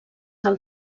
del